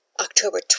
October